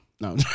No